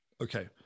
Okay